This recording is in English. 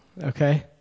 okay